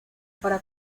para